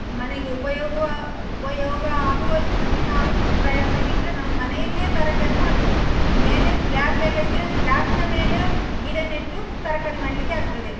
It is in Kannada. ಮನೆಗೆ ಉಪಯೋಗವಾ ಉಪಯೋಗ ಆಗುವಷ್ಟು ನಾವು ಪ್ರಯತ್ನ ಬಿಟ್ಟರೆ ನಮ್ಮ ಮನೆಯಲ್ಲಿಯೇ ತರಕಾರಿ ಮಾಡ್ಬಹುದು ಮೇಲೆ ಸ್ಲ್ಯಾಪ್ ಎಲ್ಲ ಇದರೆ ಸ್ಲ್ಯಾಪಿನ ಮೇಲೂ ಗಿಡ ನೆಟ್ಟು ತರಕಾರಿ ಮಾಡಲಿಕ್ಕೆ ಆಗ್ತದೆ